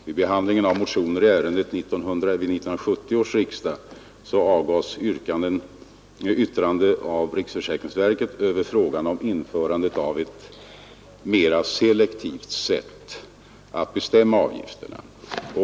Vid behandlingen av motioner i ärendet vid 1970 års riksdag avgavs yttrande av riksförsäkringsverket över frågan om införande av ett mera selektivt sätt att bestämma avgifterna.